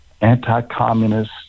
anti-communist